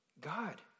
God